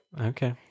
Okay